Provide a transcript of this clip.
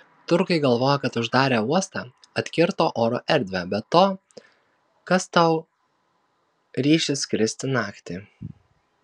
turkai galvoja kad uždarę uostą atkirto oro erdvę be to kas tau ryšis skristi naktį